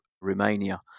Romania